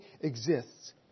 exists